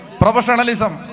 professionalism